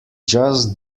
just